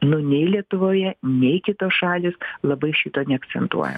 nu nei lietuvoje nei kitos šalys labai šito neakcentuoja